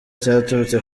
cyaturutse